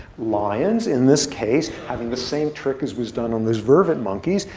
lions, in this case, having the same trick as was done on those vervet monkeys.